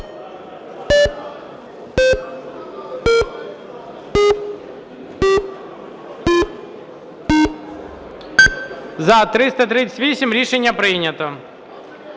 За-338 Рішення прийнято.